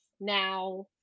now